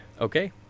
Okay